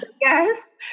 Yes